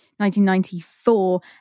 1994